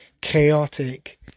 chaotic